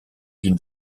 d’une